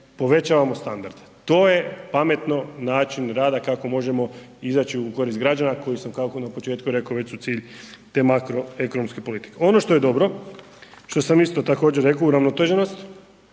povećavamo standard. To je pametan način rada kako možemo izaći u korist građana koji su cilj, na početku sam već rekao, te makroekonomske politike. Ono što je dobro, što sam isto također rekao, uravnoteženost